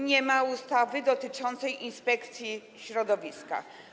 Nie ma ustawy dotyczącej inspekcji środowiska.